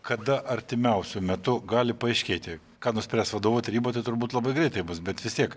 kada artimiausiu metu gali paaiškėti ką nuspręs vadovų taryba tai turbūt labai greitai bus bet vis tiek